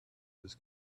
his